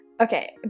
Okay